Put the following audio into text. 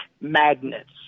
magnets